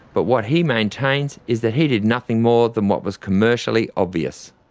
but what he maintains is that he did nothing more than what was commercially obvious.